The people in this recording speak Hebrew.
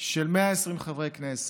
של 120 חברי הכנסת,